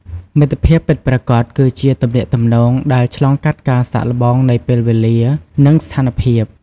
មិត្តភាពពិតប្រាកដ គឺជាទំនាក់ទំនងដែលឆ្លងកាត់ការសាកល្បងនៃពេលវេលា និងស្ថានភាព។